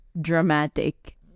dramatic